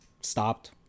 stopped